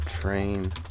Train